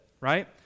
right